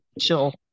chill